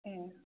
ए